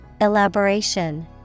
Elaboration